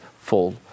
full